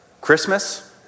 Christmas